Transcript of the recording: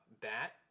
bat